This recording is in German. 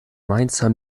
mainzer